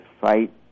fight